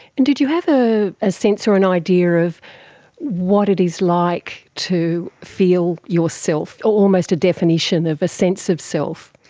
and did you have ah a sense or an idea of what it is like to feel yourself, almost a definition of a sense of self?